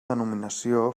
denominació